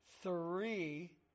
three